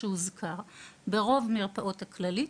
תפקיד שקיים במרבית המרפאות של ׳כללית׳,